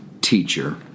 teacher